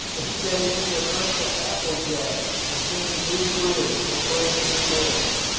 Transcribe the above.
and he gave me a drink of apple-jack, as soon as he had read it, for bringin' de letter.